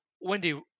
Wendy